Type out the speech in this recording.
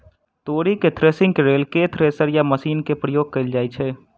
तोरी केँ थ्रेसरिंग केँ लेल केँ थ्रेसर या मशीन केँ प्रयोग कैल जाएँ छैय?